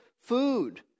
food